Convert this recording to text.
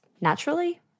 naturally